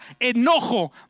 enojo